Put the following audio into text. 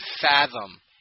fathom